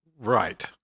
Right